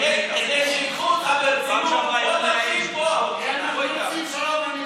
כדי שייקחו אותך ברצינות, בוא תתחיל פה.